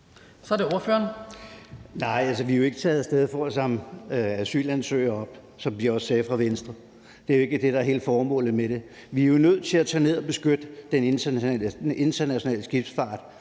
vi er ikke taget af sted for at samle asylansøgere op, som man også sagde fra Venstres side. Det er jo ikke det, der er hele formålet med det. Vi er nødt til at tage ned og beskytte den internationale skibsfart.